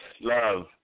love